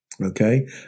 Okay